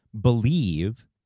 believe